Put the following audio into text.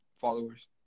followers